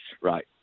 right